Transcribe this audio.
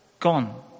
gone